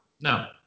No